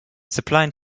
supply